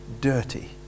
dirty